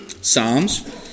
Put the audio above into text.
psalms